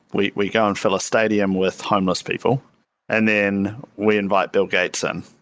we we go and fill a stadium with homeless people and then we invite bill gates in.